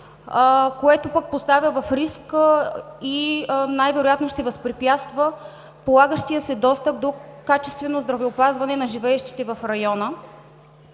което пък поставя в риск и най-вероятно ще възпрепятства полагащия се достъп до качествено здравеопазване на живеещите в района.